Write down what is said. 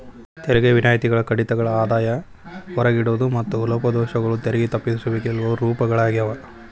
ತೆರಿಗೆ ವಿನಾಯಿತಿಗಳ ಕಡಿತಗಳ ಆದಾಯ ಹೊರಗಿಡೋದು ಮತ್ತ ಲೋಪದೋಷಗಳು ತೆರಿಗೆ ತಪ್ಪಿಸುವಿಕೆ ರೂಪಗಳಾಗ್ಯಾವ